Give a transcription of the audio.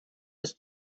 was